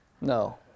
No